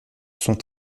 sont